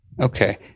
Okay